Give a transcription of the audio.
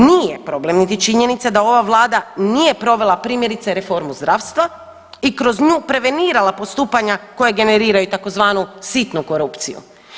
Nije problem, niti činjenica da ova vlada nije provela primjerice reformu zdravstva i kroz nju prevenirala postupanja koje generiraju tzv. sitnu korupciju.